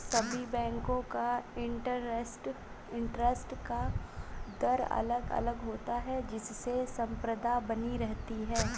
सभी बेंको का इंटरेस्ट का दर अलग अलग होता है जिससे स्पर्धा बनी रहती है